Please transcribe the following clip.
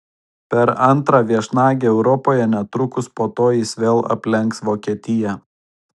per antrą viešnagę europoje netrukus po to jis vėl aplenks vokietiją